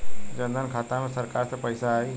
जनधन खाता मे सरकार से पैसा आई?